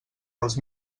dels